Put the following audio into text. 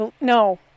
No